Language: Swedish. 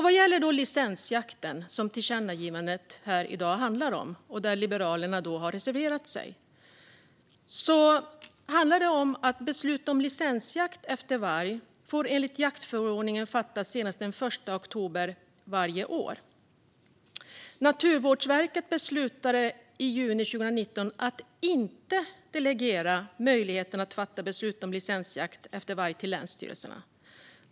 Vad gäller licensjakten, som tillkännagivandet handlar om och där Liberalerna har reserverat sig, handlar det om att beslut om licensjakt efter varg enligt jaktförordningen får fattas senast den l oktober varje år. Naturvårdsverket beslutade i juni 2019 att inte delegera möjligheten att fatta beslut om licensjakt efter varg till länsstyrelserna.